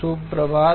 शुभ प्रभात